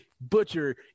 butcher